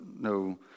no